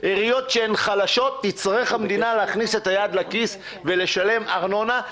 עיריות חלשות תצטרך המדינה להכניס את היד לכיס ולשלם ארנונה.